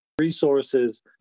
resources